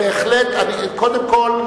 קודם כול,